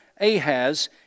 Ahaz